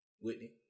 Whitney